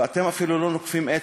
ואתם אפילו לא נוקפים אצבע.